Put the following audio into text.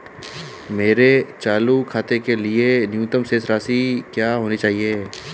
मेरे चालू खाते के लिए न्यूनतम शेष राशि क्या होनी चाहिए?